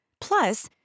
Plus